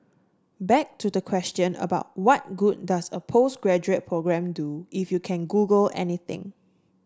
back to the question about what good does a postgraduate programme do if you can Google anything